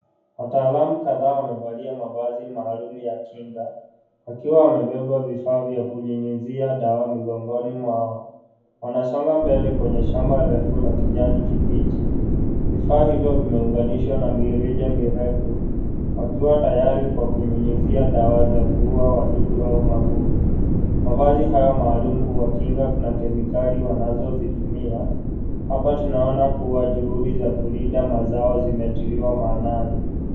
Wataalamu kadhaa wamevalia mavazi maalum ya kinga wakiwa wamebeba vifaa kunyunyizia dawa migononi mwao. Wanasonga mbele kwenye shamba refu la kijani kibichi. Vifaa hivyo vimeunganishwa na mirija mirefu wakiwa tayari kwa kunyinyizia dawa za kuuwa wadudu au magugu. Mavazi hayo maalum huwakinga na kemikali wanazozitumia. Hapa tunaone kuwa juhudi za kulinda mazao zimetiliwa maanani.